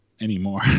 anymore